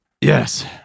Yes